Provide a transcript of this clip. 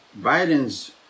Biden's